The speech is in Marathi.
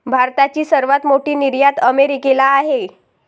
भारताची सर्वात मोठी निर्यात अमेरिकेला आहे